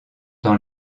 dans